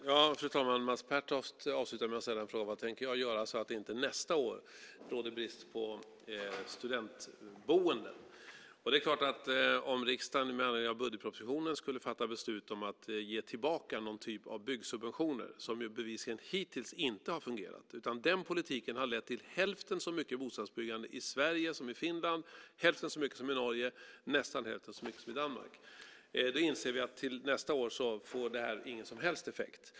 Fru talman! Mats Pertoft avslutar med att fråga vad jag tänker göra så att det inte nästa år råder brist på studentboenden. Om riksdagen med anledning av budgetpropositionen skulle fatta beslut om att ge tillbaka någon typ av byggsubventioner, som bevisligen inte har fungerat hittills, inser vi att det inte får någon som helst effekt till nästa år. Den politiken har lett till ett bostadsbyggande i Sverige som är hälften så stort som i Finland, Norge och nästan hälften så stort som i Danmark.